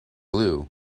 blue